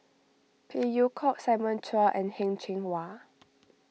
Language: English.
Phey Yew Kok Simon Chua and Heng Cheng Hwa